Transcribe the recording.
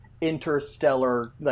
interstellar